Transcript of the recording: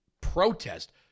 protest